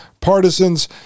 Partisans